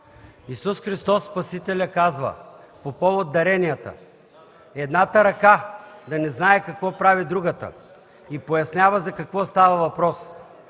Исус Христос, спасителят казва по повод даренията: „Едната ръка да не знае какво прави другата.” И пояснява за какво става въпрос,